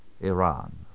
Iran